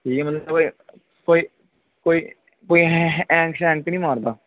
ठीक ऐ मतलब कोई कोई कोई कोई हैंग शेेंग ते नी मारदा